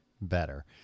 Better